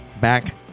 back